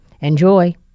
Enjoy